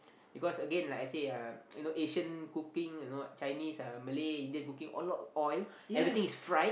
because again like I say uh you know Asian cooking you know Chinese uh Malay Indian cooking a lot of oil everything is fried